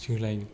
जोलायो